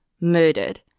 murdered